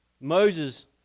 Moses